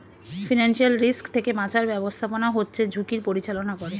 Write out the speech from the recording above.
financial risk থেকে বাঁচার ব্যাবস্থাপনা হচ্ছে ঝুঁকির পরিচালনা করে